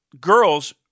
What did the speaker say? girls